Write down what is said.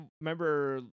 remember